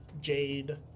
jade